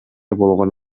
болгон